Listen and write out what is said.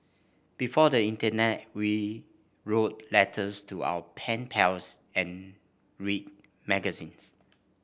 before the internet we wrote letters to our pen pals and read magazines